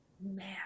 Man